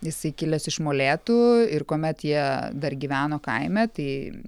jisai kilęs iš molėtų ir kuomet jie dar gyveno kaime tai